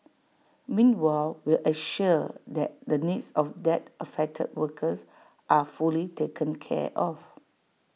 meanwhile will ensure that the needs of that affected workers are fully taken care of